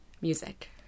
Music